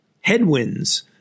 headwinds